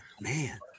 Man